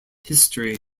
history